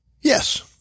Yes